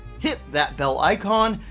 hit that bell icon,